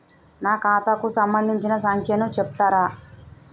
నా ఖాతా కు సంబంధించిన సంఖ్య ను చెప్తరా?